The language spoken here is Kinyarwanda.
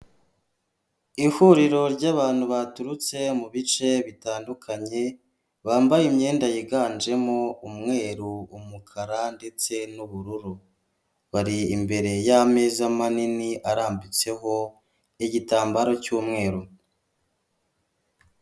Ihuriro ry'abantu baturutse mu bice bitandukanye bambaye imyenda yiganjemo umweru umukara ndetse n'ubururu, bari imbere y'ameza manini arambitseho igitambaro cy'umweru.